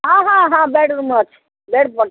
ହଁ ହଁ ହଁ ବେଡ଼ ରୁମ୍ ଅଛି ବେଡ଼ ଅଛି